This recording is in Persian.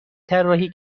طراحی